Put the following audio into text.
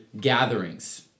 gatherings